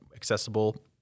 accessible